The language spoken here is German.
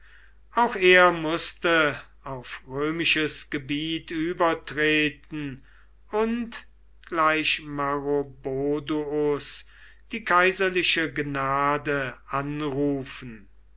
auch er mußte auf römisches gebiet übertreten und gleich maroboduus die kaiserliche gnade anrufen